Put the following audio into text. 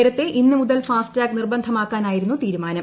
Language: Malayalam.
നേരത്തെ ഇന്ന് മുതൽ ഫാസ്ടാഗ് നിർബന്ധമാക്കാനായിരുന്നു തീരുമാനം